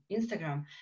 Instagram